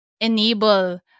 enable